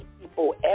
people